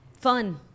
Fun